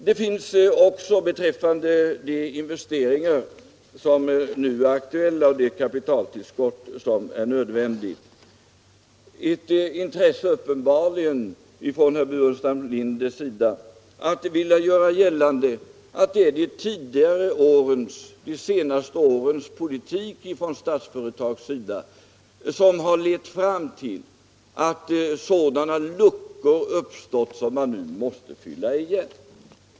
Det finns uppenbarligen beträffande de investeringar som nu är aktuella och det kapitaltillskott som är nödvändigt ett intresse från herr Burenstam Linders sida att vilja göra gällande, att de senaste årens politik från Statsföretags sida har lett fram till att luckor uppstått som man nu måste fylla igen.